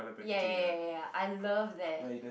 ya ya ya ya ya I love that